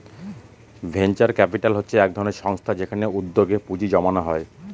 venture capital হচ্ছে এক ধরনের সংস্থা যেখানে উদ্যোগে পুঁজি জমানো হয়